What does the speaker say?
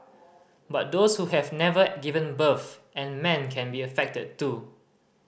but those who have never given birth and men can be affected too